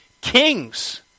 kings